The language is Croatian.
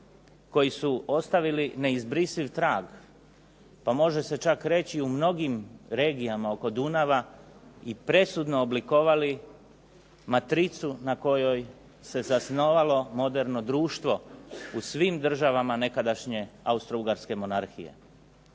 koji su ostavili neizbrisiv trag, pa može se reći i u mnogim regijama oko Dunava i presudno oblikovali matricu na kojoj se zasnovalo moderno društvo u svim državama nekadašnje Austro-Ugarske monarhije.